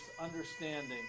understanding